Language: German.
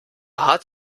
hat